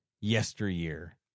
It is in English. yesteryear